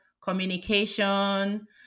communication